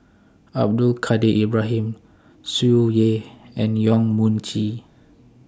Abdul Kadir Ibrahim Tsung Yeh and Yong Mun Chee